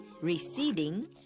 receding